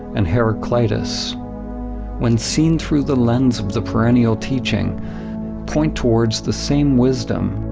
and heraclitus when seen through the lens of the perennial teaching point towards the same wisdom.